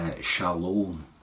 shalom